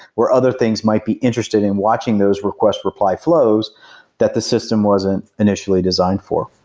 where other things might be interested in watching those request reply flows that the system wasn't initially designed for.